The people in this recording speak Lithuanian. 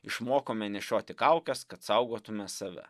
išmokome nešioti kaukes kad saugotume save